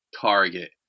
Target